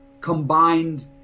combined